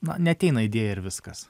na neateina idėja ir viskas